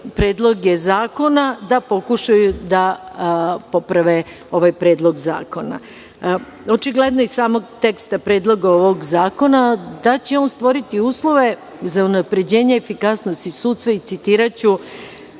predloge zakona, da pokušaju da poprave ovaj predlog zakona. Očigledno iz samog teksta Predloga ovog zakona, da će on stvoriti uslove za unapređenje efikasnosti sudstva i citiraću